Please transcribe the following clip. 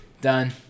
done